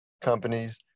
companies